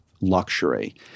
luxury